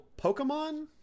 Pokemon